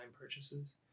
purchases